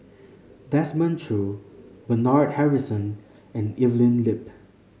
Desmond Choo Bernard Harrison and Evelyn Lip